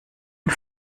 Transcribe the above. und